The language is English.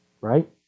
Right